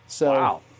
Wow